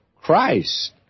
Christ